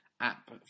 app